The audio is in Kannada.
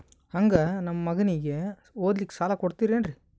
ಹಂಗ ನಮ್ಮ ಮಗನಿಗೆ ಓದಲಿಕ್ಕೆ ಸಾಲ ಕೊಡ್ತಿರೇನ್ರಿ?